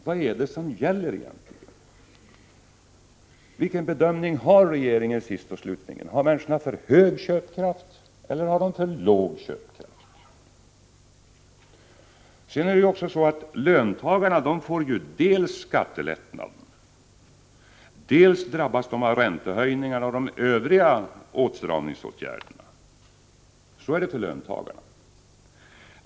Vad är det som gäller egentligen? Löntagarna får ju dels skattelättnaden, dels drabbas de av räntehöjningarna och de övriga åtstramningsåtgärderna.